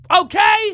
Okay